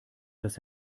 dass